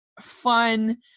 fun